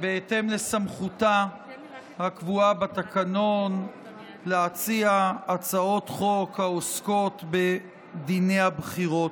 בהתאם לסמכותה הקבועה בתקנון להציע הצעות חוק העוסקות בדיני הבחירות.